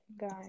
guys